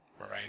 Right